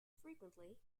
frequently